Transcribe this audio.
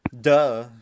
duh